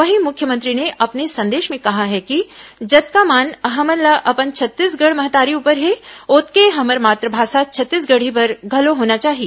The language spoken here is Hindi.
वहीं मुख्यमंत्री ने अपने संदेश में कहा है कि जतका मान हमन ल अपन छत्तीसगढ़ महतारी उपर हे ओतके हमर मातुभासा छत्तीसगढ़ी बर घलो होना चाही